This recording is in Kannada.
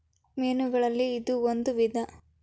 ಮೇನುಗಳಲ್ಲಿ ಇದು ಒಂದ ವಿಧಾ